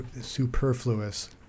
superfluous